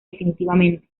definitivamente